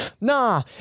nah